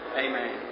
Amen